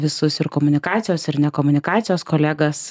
visus ir komunikacijos ir ne komunikacijos kolegas